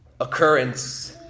occurrence